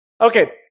Okay